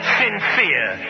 sincere